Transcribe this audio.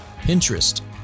Pinterest